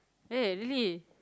eh really